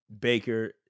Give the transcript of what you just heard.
Baker